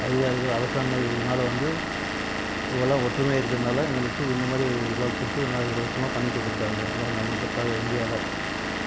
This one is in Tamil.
அதிகாரிகள் அரசாங்கம் இதனால வந்து எல்லாம் இவங்கெல்லாம் ஒற்றுமையாக இருக்கறதுனால் எங்களுக்கு இந்தமாதிரி இதெல்லாம் கொடுத்து எல்லாம் இலவசமாக பண்ணி கொடுத்துருக்காங்க எல்லாம் நம்ம இந்தியாவில்